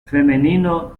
femenino